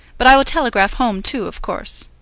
but i will telegraph home too, of course.